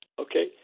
okay